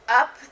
up